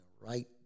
right